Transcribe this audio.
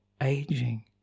aging